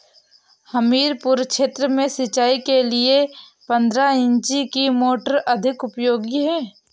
हमीरपुर क्षेत्र में सिंचाई के लिए पंद्रह इंची की मोटर अधिक उपयोगी है?